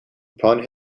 upon